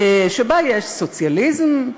שבה יש סוציאליזם,